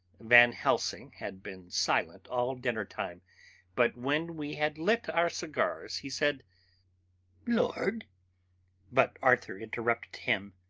van helsing had been silent all dinner-time but when we had lit our cigars he said lord but arthur interrupted him